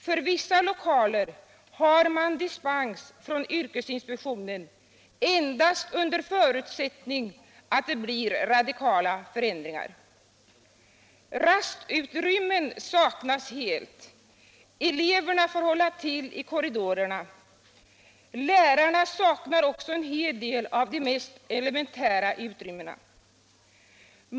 För vissa lokaler har man dispens från yrkesinspektionen endast under förutsättning att det blir radikala förändringar. Rastutrymmen saknas helt. Eleverna får hålla till i korridorerna. Lärarna saknar också en hel del av de mest elementära utrymmena.